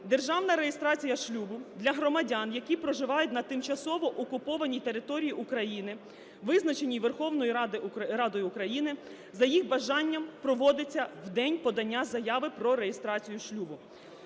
"Державна реєстрація шлюбу для громадян, які проживають на тимчасово окупованій території України, визначеній Верховною Радою України, за їх бажанням проводиться в день подання заяви про реєстрацію шлюбу".